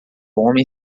homem